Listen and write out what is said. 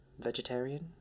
vegetarian